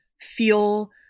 feel